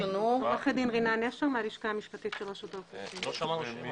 עורכת הדין רינה נשר מהלשכה המשפטית של רשות האוכלוסין וההגירה.